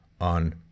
on